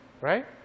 right